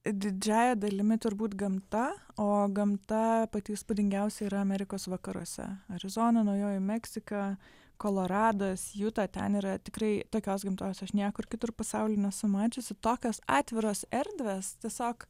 didžiąja dalimi turbūt gamta o gamta pati įspūdingiausia yra amerikos vakaruose arizona naujoji meksika koloradas juta ten yra tikrai tokios gamtos aš niekur kitur pasauly nesu mačiusi tokios atviros erdvės tiesiog